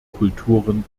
kulturen